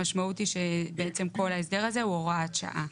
המשמעות היא שבעצם כל ההסדר הזה הוא הוראת שעה.